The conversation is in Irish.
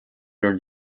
bhur